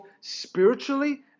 spiritually